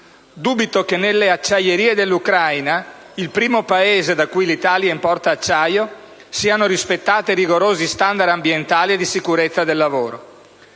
Dubito che nelle acciaierie dell'Ucraina - il primo Paese da cui l'Italia importa acciaio - siano rispettati rigorosi *standard* ambientali e di sicurezza del lavoro.